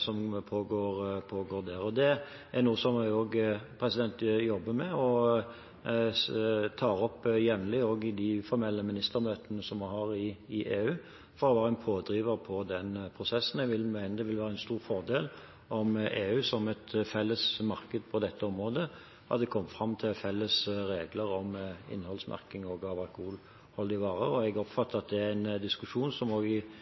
som pågår der. Det er noe jeg jobber med og tar opp jevnlig også i de formelle ministermøtene som vi har i EU, for å være en pådriver i den prosessen. Jeg mener det vil være en stor fordel om EU, som et felles marked på dette området, hadde kommet fram til felles regler om innholdsmerking også av alkoholholdige varer. Jeg oppfatter at det er en diskusjon som